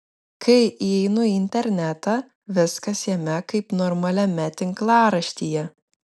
kai įeinu į internetą viskas jame kaip normaliame tinklaraštyje